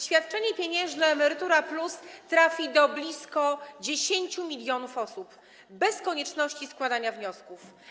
Świadczenie pieniężne „Emerytura+” trafi do blisko 10 mln osób, bez konieczności składania wniosków.